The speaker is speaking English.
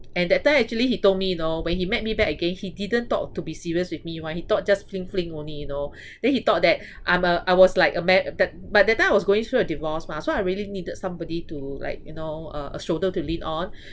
and that time actually he told me you know when he met me back again he didn't thought to be serious with me [one] he thought just fling fling only you know then he thought I'm a I was like a ma~ but that time I was going through a divorce mah so I really needed somebody to like you know a a shoulder to lean on